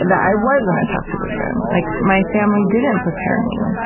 that i was in a tough positon. like my family didn't prepare me